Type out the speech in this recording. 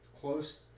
close